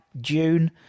June